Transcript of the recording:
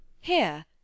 Here